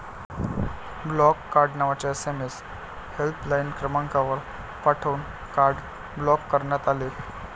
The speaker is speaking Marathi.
ब्लॉक कार्ड नावाचा एस.एम.एस हेल्पलाइन क्रमांकावर पाठवून कार्ड ब्लॉक करण्यात आले